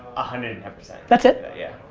hundred. that's it. yeah,